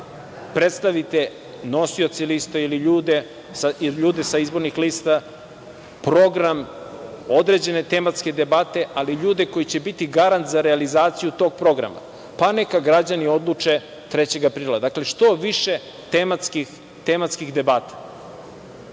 predstavite nosioce lista ili ljude sa izbornih lista, program, određene tematske debate, ali i ljude koji će biti garant za realizaciju tog programa, pa neka građani odluče 3. aprila. Dakle, što više tematskih debata. Ne,